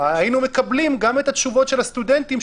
היינו מקבלים גם את התשובות של הסטודנטים,